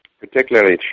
particularly